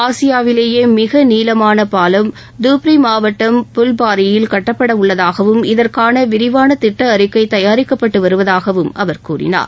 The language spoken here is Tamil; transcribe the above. ஆசியாவிலேயே மிக நீளமான பாலம் துப்ரி மாவட்டம் புல்பாரியில் கட்டப்படவுள்ளதாகவும் இதற்கான விரிவான திட்ட அறிக்கை தயாரிக்கபபட்டுவருவதாகவும் அவர் கூறினார்